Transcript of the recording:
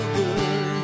good